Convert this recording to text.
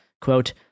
Quote